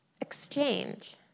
exchange